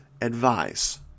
advice